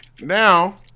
Now